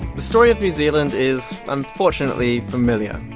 the story of new zealand is unfortunately familiar.